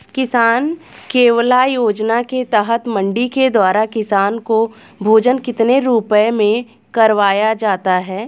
किसान कलेवा योजना के तहत मंडी के द्वारा किसान को भोजन कितने रुपए में करवाया जाता है?